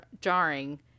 jarring